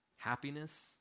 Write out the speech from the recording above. Happiness